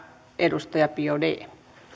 edustaja biaudet